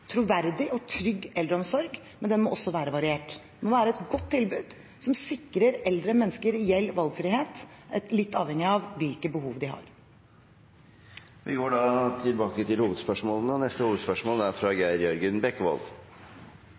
troverdig og trygg eldreomsorg, men den må også være variert. Det må være et godt tilbud som sikrer eldre mennesker reell valgfrihet, litt avhengig av hvilke behov de har. Vi går til neste hovedspørsmål. Mitt spørsmål går til kulturminister Thorhild Widvey og